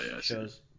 shows